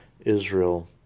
Israel